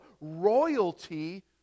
royalty